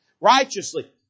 Righteously